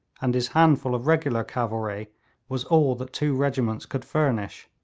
and his handful of regular cavalry was all that two regiments could furnish.